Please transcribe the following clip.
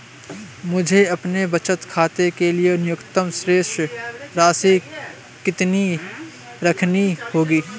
मुझे अपने बचत खाते के लिए न्यूनतम शेष राशि कितनी रखनी होगी?